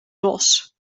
bos